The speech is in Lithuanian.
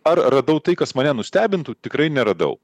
ar radau tai kas mane nustebintų tikrai neradau